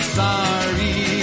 sorry